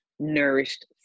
nourished